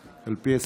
על פי הסיכום,